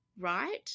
right